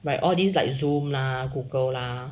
by all these like zoom lah google lah